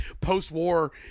post-war